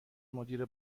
مدیر